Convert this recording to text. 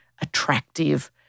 attractive